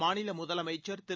மாநில முதலமைச்சர் திரு